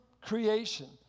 creation